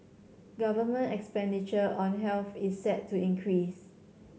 government expenditure on health is set to increase